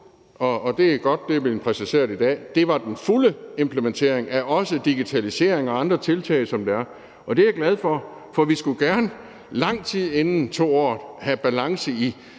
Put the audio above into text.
og det er godt, at det er blevet præciseret i dag, at det var den fulde implementering af også digitalisering og andre tiltag, og det er jeg glad for, for vi skulle gerne lang tid inden om 2 år have balance i